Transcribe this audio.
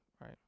Right